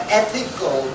ethical